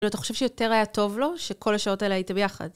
כאילו אתה חושב שיותר היה טוב לו שכל השעות האלה הייתם ביחד?